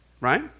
right